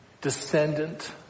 descendant